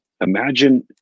Imagine